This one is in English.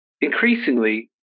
Increasingly